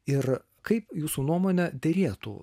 ir kaip jūsų nuomone derėtų